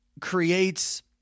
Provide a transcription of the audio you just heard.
Creates